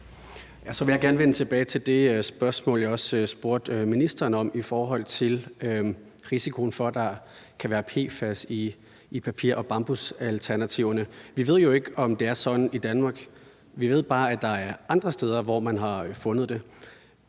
Jeg vil gerne vende tilbage til det spørgsmål, jeg også stillede til ministeren, i forhold til risikoen for, at der kan være PFAS i papir- og bambusalternativerne. Vi ved jo ikke, om det er sådan i Danmark. Vi ved bare, at der er andre steder, hvor man har fundet det.